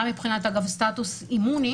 גם מבחינת סטטוס אימוני,